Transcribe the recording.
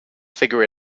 figure